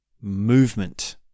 movement